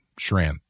Shran